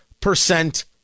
percent